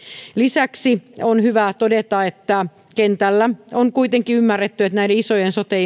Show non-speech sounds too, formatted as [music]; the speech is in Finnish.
lisäksi on hyvä todeta että kentällä on kuitenkin ymmärretty että näitä isoja sote [unintelligible]